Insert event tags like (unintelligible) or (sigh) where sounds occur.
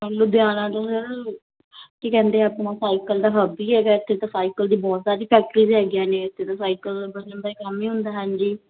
ਲੁਧਿਆਣਾ ਤੋਂ ਕੀ ਕਹਿੰਦੇ ਆ ਆਪਣਾ ਸਾਈਕਲ ਦਾ ਹੱਬ ਹੀ ਹੈਗਾ ਇੱਥੇ ਤਾਂ ਸਾਈਕਲ ਦੀ ਬਹੁਤ ਸਾਰੀ ਫੈਕਟਰੀਜ਼ ਹੈਗੀਆਂ ਨੇ ਇੱਥੇ ਤਾਂ ਸਾਈਕਲ (unintelligible) ਕੰਮ ਹੀ ਹੁੰਦਾ ਹਾਂਜੀ